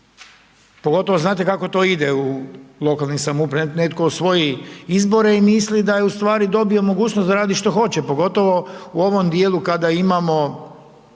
pogotovo znate kako to ide u lokalnim samoupravama, netko osvoji izbore i misli da je ustvari dobio mogućnost da radi što hoće, pogotovo u ovom dijelu kada imamo